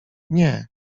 nie